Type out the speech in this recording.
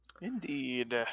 Indeed